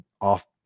off